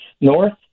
north